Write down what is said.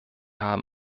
haben